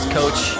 coach